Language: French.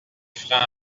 freins